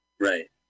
right